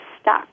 stuck